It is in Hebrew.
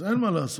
אז אין מה לעשות,